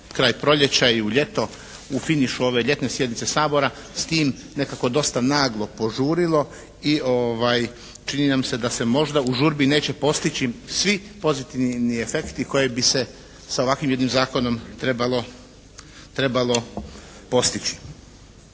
kraj proljeća i u ljeto, u finišu ove ljetne sjednice Sabora s tim nekako dosta naglo požurilo i čini nam se da se možda u žurbi neće postići svi pozitivni efekti koji bi se sa ovakvim jednim zakonom trebalo postići.